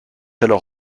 alors